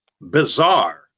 bizarre